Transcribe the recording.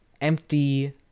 empty